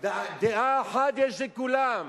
לדיינים מותר.